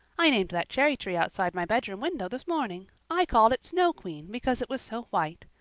i named that cherry-tree outside my bedroom window this morning. i called it snow queen because it was so white.